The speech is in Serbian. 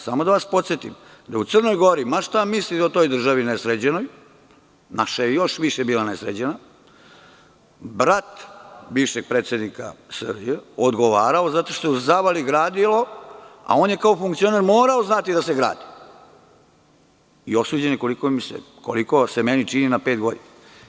Samo da vas podsetim da u Crnoj Gori, ma šta mislili o toj državi nesređenoj, naša je još više bila nesređena, brat bivšeg predsednika SRJ je odgovarao zato što je u Zavali gradio, a on je kao funkcioner morao znati da se gradi i osuđen je, koliko se meni čini, na pet godina.